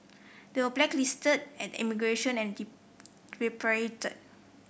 they were blacklisted at immigration and repatriated